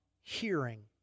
hearing